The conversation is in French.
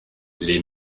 les